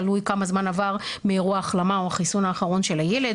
תלוי כמה זמן עבר מאירוע ההחלמה או החיסון האחרון של הילד,